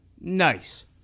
Nice